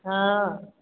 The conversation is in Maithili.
हॅं